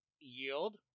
Yield